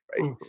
Right